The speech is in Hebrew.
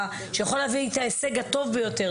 שיכול להביא את ההישג הטוב ביותר,